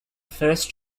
first